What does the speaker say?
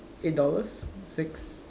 eight dollars six